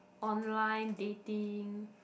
online dating